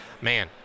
Man